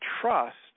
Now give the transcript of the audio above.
trust